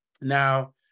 now